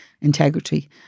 integrity